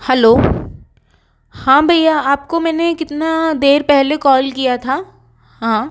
hello हाँ भईया आपको मैंने कितना देर पहले कॉल किया था हाँ